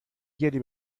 گلی